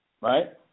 right